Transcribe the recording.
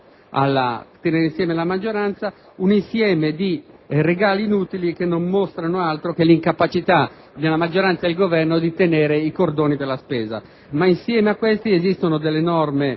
a tenere insieme la maggioranza. Si tratta di un insieme di regali inutili che non mostrano altro che l'incapacità della maggioranza e del Governo di tenere i cordoni della spesa. Insieme a tutto ciò vi sono norme